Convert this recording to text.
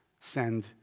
Send